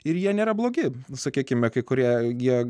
ir jie nėra blogi sakykime kai kurie jie